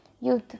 youth